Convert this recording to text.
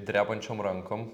drebančiom rankom